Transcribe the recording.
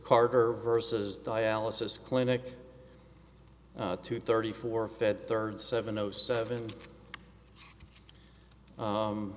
carter versus dialysis clinic two thirty four fed third seven o seven